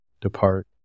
depart